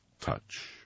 touch